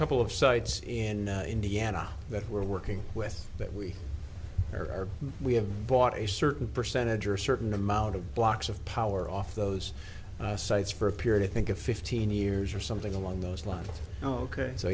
couple of sites in indiana that we're working with that or we have bought a certain percentage or a certain amount of blocks of power off those sites for a period i think of fifteen years or something along those lines oh ok so